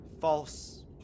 false